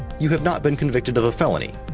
you have not been convicted of a felony,